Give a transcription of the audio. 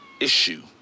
issue